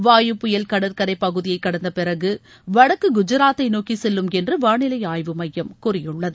வாயு புயல் கடற்கரைப் பகுதியை கடந்த பிறகு வடக்கு குஜாத்தை நோக்கி செல்லும் என்று வானிலை ஆய்வு மையம் கூறியுள்ளது